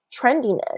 trendiness